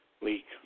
Leak